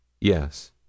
Yes